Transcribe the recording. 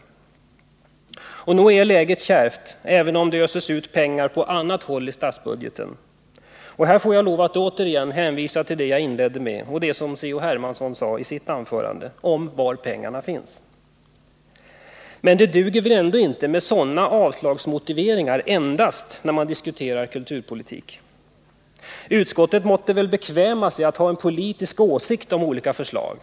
Nog är läget kärvt, även om det öses ut pengar på annat håll i statsbudgeten. Och här får jag lov att återigen hänvisa till det jag inledde med och det C.-H. Hermansson sade i sitt anförande om var pengarna finns. Men det duger väl ändå inte med endast en sådan avslagsmotivering när man diskuterar kulturpolitik? Utskottet måste väl bekväma sig till att ha en politisk åsikt om olika förslag?